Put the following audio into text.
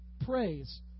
praise